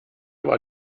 war